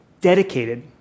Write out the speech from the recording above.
dedicated